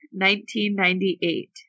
1998